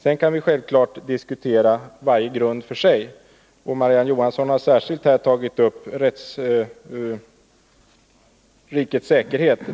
Sedan kan vi självfallet diskutera varje grund för sig. Marie-Ann Johansson har här särskilt tagit upp grunden rikets säkerhet.